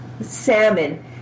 salmon